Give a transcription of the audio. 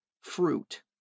fruit